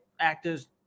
actors